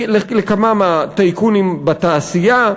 לכמה מהטייקונים בתעשייה,